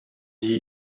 die